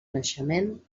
naixement